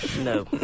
no